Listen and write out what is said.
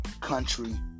country